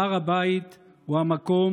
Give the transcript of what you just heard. הר הבית הוא המקום